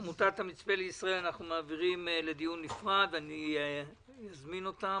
את עמותת המצפה לישראל אנחנו מעבירים לדיון נפרד ואני אזמין אותם.